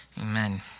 Amen